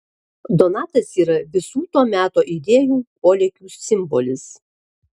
donatas yra visų to meto idėjų polėkių simbolis